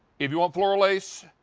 if you want floral lace,